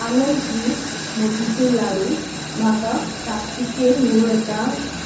आनंद स्विट्स मोतीचूर लाडू म्हाका ताकतिकेन मेळूं येता